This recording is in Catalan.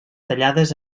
tallades